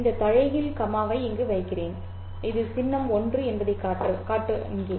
இந்த தலைகீழ் கமாவை இங்கு வைக்கிறேன் இது சின்னம் 1 என்பதைக் காட்ட இங்கே